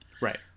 Right